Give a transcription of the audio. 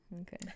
Okay